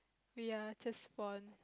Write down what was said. we are just born